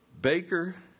Baker